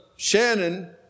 Shannon